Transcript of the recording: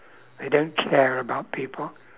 they don't care about people